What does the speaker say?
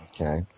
Okay